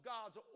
God's